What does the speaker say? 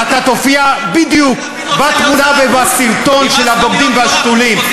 ואתה תופיע בדיוק בתמונה ובסרטון של הבוגדים והשתולים,